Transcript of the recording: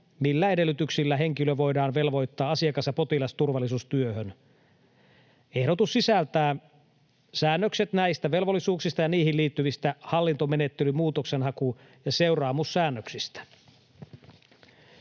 millä edellytyksillä henkilö voidaan velvoittaa asiakas- ja potilasturvallisuustyöhön. Ehdotus sisältää säännökset näistä velvollisuuksista ja niihin liittyvistä hallintomenettely-, muutoksenhaku- ja seuraamussäännöksistä.